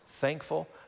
thankful